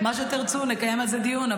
מה שתרצו, נקיים על זה דיון.